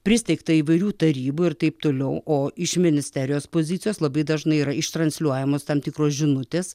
pristeigta įvairių tarybų ir taip toliau o iš ministerijos pozicijos labai dažnai yra ištransliuojamos tam tikros žinutės